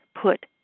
put